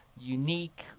unique